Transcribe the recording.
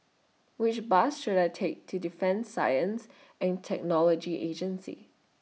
Which Bus should I Take to Defence Science and Technology Agency